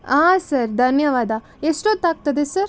ಹಾಂ ಸರ್ ಧನ್ಯವಾದ ಎಷ್ಟೊತ್ತು ಆಗ್ತದೆ ಸರ್